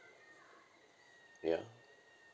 ya